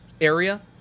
area